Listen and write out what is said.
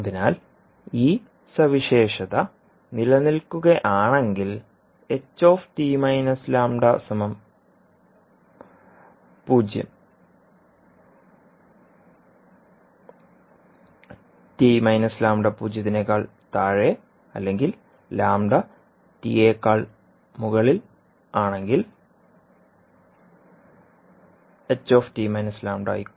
അതിനാൽ ഈ സവിശേഷത നിലനിൽക്കുകയാണെങ്കിൽആയിരിക്കണം അല്ലെങ്കിൽ ക്